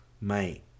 mate